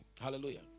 hallelujah